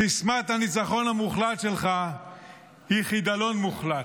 סיסמת הניצחון המוחלט שלך היא חידלון מוחלט.